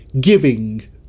giving